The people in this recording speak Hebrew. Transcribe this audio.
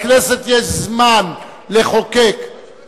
לכנסת יש זמן לחוקק,